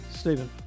Stephen